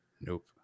Nope